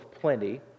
plenty